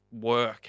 work